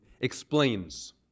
explains